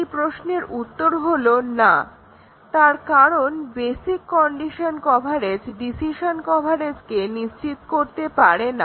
এই প্রশ্নের উত্তর হলো না তার কারণ বেসিক কন্ডিশন কভারেজ ডিসিশন কভারেজকে নিশ্চিত করতে পারে না